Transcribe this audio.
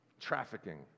trafficking